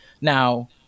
Now